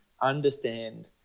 understand